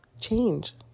change